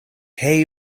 hay